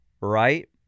right